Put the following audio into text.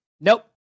nope